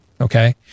okay